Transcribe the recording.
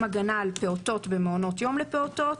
הגנה על פעוטות במעונות יום לפעוטות.